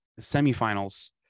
semifinals